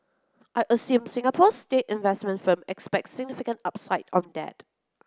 I assume Singapore's state investment firm expects significant upside on that